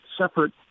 separate